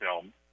film